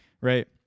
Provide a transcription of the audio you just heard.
right